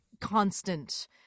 constant